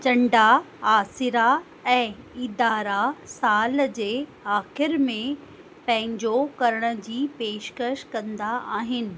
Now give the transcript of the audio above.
चंडा आसिरा ऐं इदारा साल जे आख़िरि में पंहिंजो करण जी पेशकश कंदा आहिनि